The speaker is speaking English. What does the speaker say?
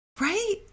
right